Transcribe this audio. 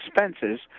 expenses